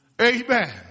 amen